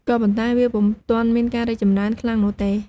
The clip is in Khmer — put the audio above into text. ក៏ប៉ុន្តែវាពុំទាន់មានការរីកចម្រើនខ្លាំងនោះទេ។